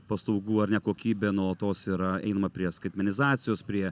paslaugų ar ne kokybė nuolatos yra einama prie skaitmenizacijos prie